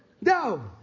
no